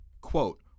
Quote